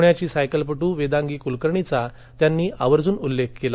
पृण्याची सायकलपट्र वेदांगी कुलकर्णीचा त्यांनी आवर्जून उल्लेख केला